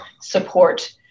support